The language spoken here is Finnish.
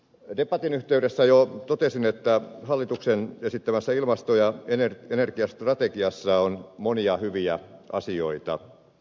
debatin yhteydessä jo totesin että hallituksen esittämässä ilmasto ja energiastrategiassa on monia hyviä asioita